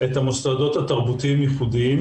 את המוסדות התרבותיים ייחודיים